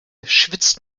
schwitzt